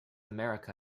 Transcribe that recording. america